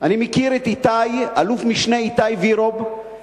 אני מכיר את אלוף-משנה איתי וירוב,